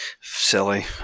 silly